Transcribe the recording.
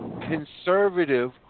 conservative